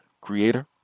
Creator